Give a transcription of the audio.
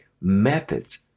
methods